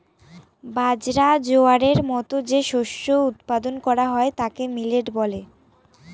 বাজরা, জোয়ারের মতো যে শস্য উৎপাদন করা হয় তাকে মিলেট বলে